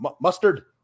Mustard